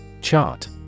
Chart